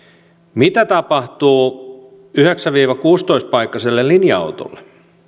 mitä tapahtuu yhdeksän viiva kuusitoista paikkaiselle linja autolle